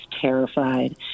terrified